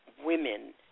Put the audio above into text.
women